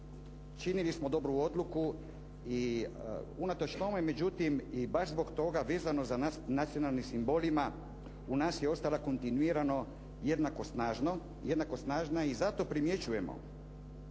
činili smo dobru odluku i unatoč tome, međutim i baš zbog toga vezano za nacionalni simbolima u nas je ostala kontinuirano jednako snažno, jednako